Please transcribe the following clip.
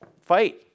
fight